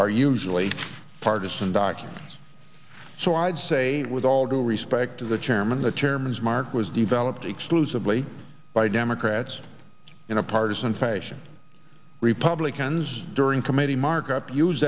are usually partisan documents so i would say with all due respect to the chairman the chairman's mark was developed exclusively by democrats in a partisan fashion republicans during committee markup use